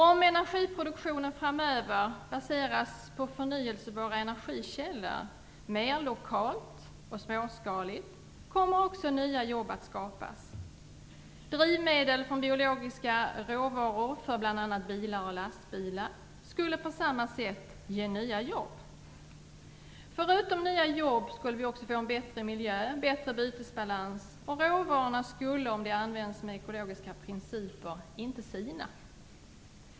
Om energiproduktionen framöver baseras på förnyelsebara energikällor mer lokalt och småskaligt, kommer också nya jobb att skapas. Drivmedel från biologiska råvaror för bl.a. bilar och lastbilar skulle på samma sätt ge nya jobb. Förutom nya jobb skulle vi också få en bättre miljö och bättre bytesbalans. Råvarorna skulle inte heller sina om de används enligt ekologiska principer.